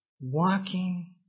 walking